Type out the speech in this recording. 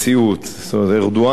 ארדואן יכול לדבר עלינו,